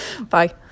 bye